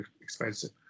expensive